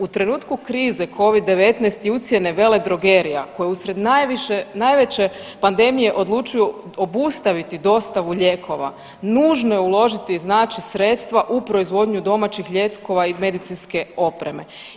U trenutku krize covid 19 i ucjene veledrogerija uslijed najveće pandemije odlučuju obustaviti dostavu lijekova nužno je uložiti, znači sredstva u proizvodnju domaćih lijekova i medicinske opreme.